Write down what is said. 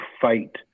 fight